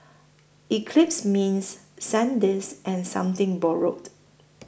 Eclipse Mints Sandisk and Something Borrowed